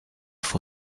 for